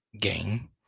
game